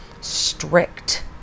strict